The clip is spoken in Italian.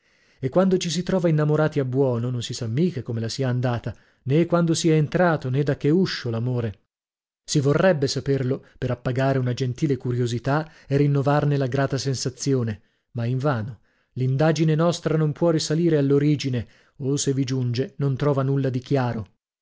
e quando ci si trova innamorati a buono non si sa mica come la sia andata nè quando sia entrato nè da che uscio l'amore si vorrebbe saperlo per appagare una gentile curiosità e rinnovarne la grata sensazione ma invano l'indagine nostra non può risalire all'origine o se vi giunge non trova nulla di chiaro